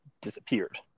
disappeared